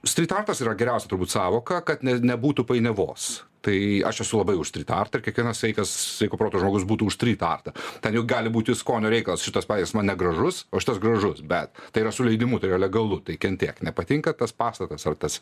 strytartas yra geriausia turbūt sąvoka kad nebūtų painiavos tai aš esu labai už strytartą ir kiekvienas sveikas sveiko proto žmogus būtų už strytartą ten jau gali būti skonio reikalas šitas pavyzdys man negražus o šitas gražus bet tai yra su leidimu tai yra legalu tai kentėk nepatinka tas pastatas ar tas